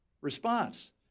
response